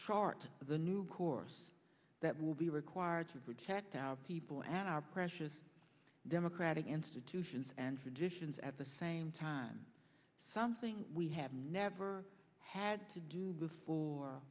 chart the new course that will be required to protect our people and our precious democratic institutions and traditions at the same time something we have never had to do before